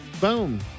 Boom